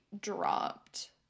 dropped